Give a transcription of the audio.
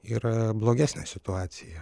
yra blogesnė situacija